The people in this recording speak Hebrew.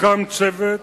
הוקם צוות